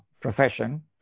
profession